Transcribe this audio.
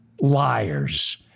liars